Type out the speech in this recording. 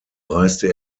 reiste